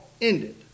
ended